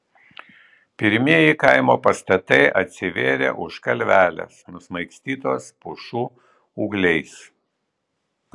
pirmieji kaimo pastatai atsivėrė už kalvelės nusmaigstytos pušų ūgliais